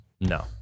no